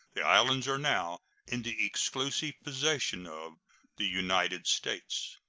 the islands are now in the exclusive possession of the united states.